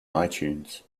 itunes